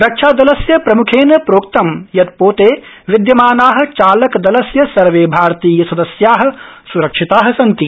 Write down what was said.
रक्षादलस्य प्रमुखेन प्रोक्तं यत् पोते विद्यमानानां चालकदलस्य सर्वे भारतीय सदस्या सुरक्षिता सन्ति